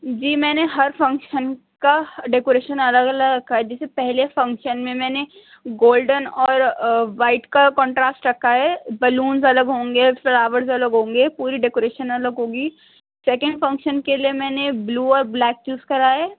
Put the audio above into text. جی میں نے ہر فنکشن کا ڈیکوریشن الگ الگ رکھا ہے جیسے پہلے فنکشن میں میں نے گولڈن اور وائٹ کا کونٹراسٹ رکھا ہے بلونز الگ ہوں گے فلاورز الگ ہوں گے پوری ڈیکوریشن الگ ہوگی سیکنڈ فنکشن کے لیے میں نے بلیو اور بلیک چوز کرا ہے